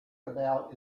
about